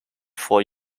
four